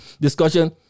discussion